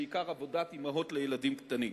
בעיקר עבודת אמהות לילדים קטנים.